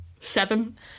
seven